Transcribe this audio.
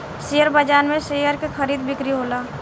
share बाजार में share के खरीदा बिक्री होला